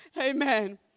Amen